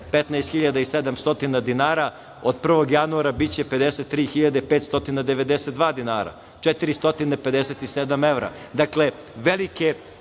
15.700 dinara, od prvog januara biće 53.592 dinara, 457